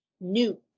new